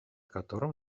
которым